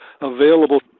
available